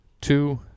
two